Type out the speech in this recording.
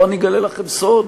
בואו אני אגלה לכם סוד: